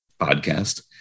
podcast